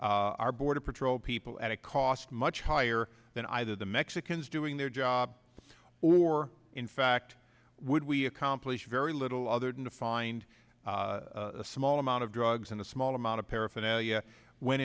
our border patrol people at a cost much higher than either the mexicans doing their job or in fact would we accomplish very little other than to find a small amount of drugs and a small amount of paraphernalia when